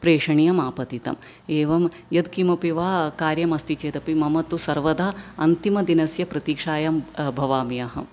प्रेषणीयमापतितम् एवं यत्किमपि वा कार्यमस्ति चेदपि मम तु सर्वदा अन्तिमदिनस्य प्रतीक्षायां भवामि अहं